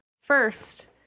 First